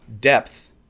depth